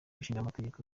ishingamategeko